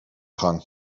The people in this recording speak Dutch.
gang